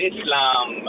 Islam